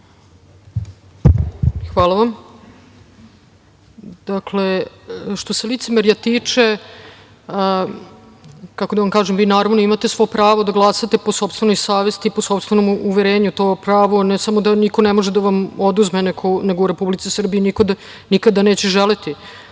Hvala vam. Što se licemerja tiče, kako da vam kažem, vi naravno imate svo pravo da glasate po sopstvenoj savesti i po sopstvenom uverenju. To pravo ne samo da niko ne može da vam oduzme, nego u Republici Srbiji niko nikada neće želeti